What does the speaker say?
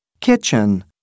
kitchen